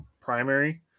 primary